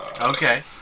Okay